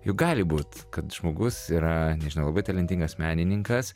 juk gali būt kad žmogus yra nežinau labai talentingas menininkas